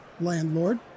landlord